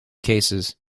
cases